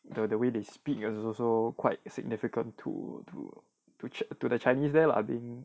the the way they speak is also quite significant to to to the chinese there lah being